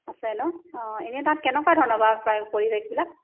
আছে নহ্ অঁ এনেই তাত কেনেকুৱা ধৰণৰ বাৰু পা পৰিৱেশবিলাক